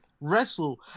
Wrestle